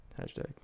Hashtag